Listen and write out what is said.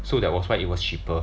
so that was why it was cheaper